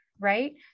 right